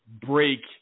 break